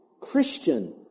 Christian